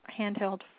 handheld